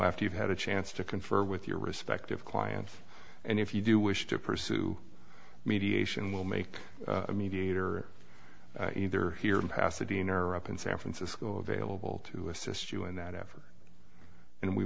after you've had a chance to confer with your respective clients and if you do wish to pursue mediation we'll make a mediator either here in pasadena up in san francisco available to assist you in that effort and we